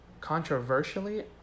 controversially